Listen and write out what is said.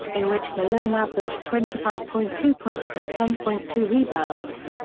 in which malone averaged twenty five point two points and ten point two rebounds.